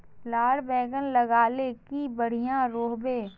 लार बैगन लगाले की बढ़िया रोहबे?